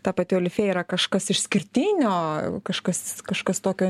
ta pati olifėja yra kažkas išskirtinio kažkas kažkas tokio